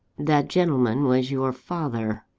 that gentleman was your father.